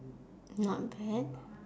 not bad